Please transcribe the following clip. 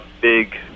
big